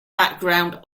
background